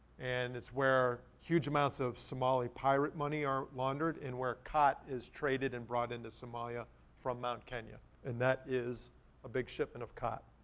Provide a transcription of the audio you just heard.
and it's where huge amounts of somali pirate money are laundered and where khat is traded and brought into somalia from mount kenya. and that is a big shipment of khat.